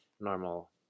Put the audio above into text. normal